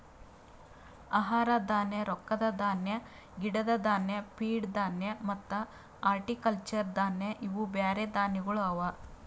ಆಹಾರ ಧಾನ್ಯ, ರೊಕ್ಕದ ಧಾನ್ಯ, ಗಿಡದ್ ಧಾನ್ಯ, ಫೀಡ್ ಧಾನ್ಯ ಮತ್ತ ಹಾರ್ಟಿಕಲ್ಚರ್ ಧಾನ್ಯ ಇವು ಬ್ಯಾರೆ ಧಾನ್ಯಗೊಳ್ ಅವಾ